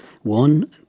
One